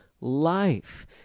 life